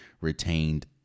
retained